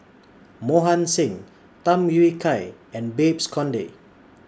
Mohan Singh Tham Yui Kai and Babes Conde